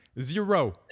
Zero